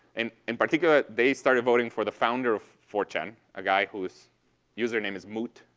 and in particular, they started voting for the founder of four chan, a guy whose user name is moot,